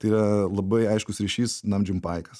tai yra labai aiškus ryšys nam džim paikas